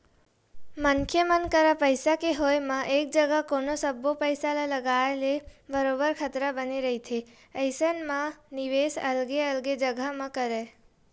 मनखे मन करा पइसा के होय म एक जघा कोनो सब्बो पइसा ल लगाए ले बरोबर खतरा बने रहिथे अइसन म निवेस अलगे अलगे जघा म करय